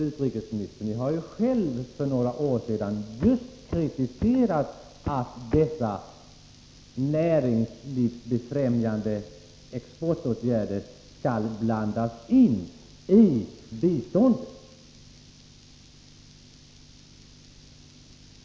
Utrikesministern har ju själv för några år sedan kritiserat att dessa näringslivsbefrämjande exportåtgärder skall blandas in i biståndet.